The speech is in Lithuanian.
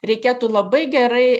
reikėtų labai gerai